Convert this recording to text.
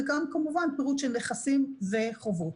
וגם כמובן פירוט של נכסים וחובות.